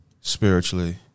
spiritually